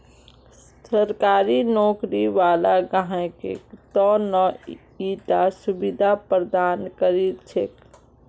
सरकारी नौकरी वाला ग्राहकेर त न ईटा सुविधा प्रदान करील छेक